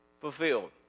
fulfilled